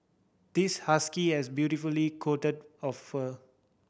this husky has beautifully coat of fur